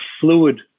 fluid